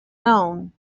known